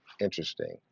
interesting